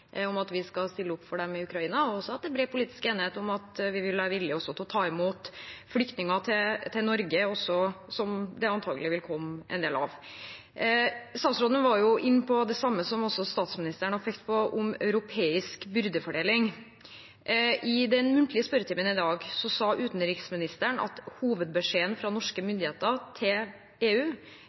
om at vi vil være villig ta imot flyktninger til Norge, som det antakelig vil komme en del av. Statsråden var inne på det samme som statsministeren har pekt på, om europeisk byrdefordeling. I den muntlige spørretimen i dag sa utenriksministeren at hovedbeskjeden fra norske myndigheter til EU